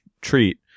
treat